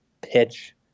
pitch